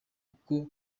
uko